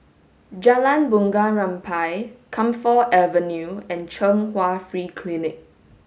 Jalan Bunga Rampai Camphor Avenue and Chung Hwa Free Clinic